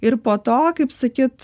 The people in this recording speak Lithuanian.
ir po to kaip sakyt